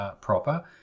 proper